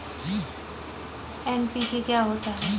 NPK क्या होता है?